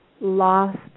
lost